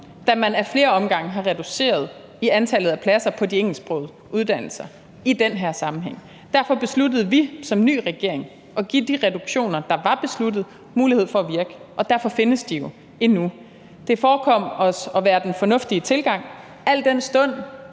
da man ad flere omgange har reduceret i antallet af pladser på de engelsksprogede uddannelser i den her sammenhæng. Derfor besluttede vi som ny regering at give de reduktioner, der var besluttet, mulighed for at virke, og derfor findes de jo endnu. Det forekom os at være den fornuftige tilgang, al den stund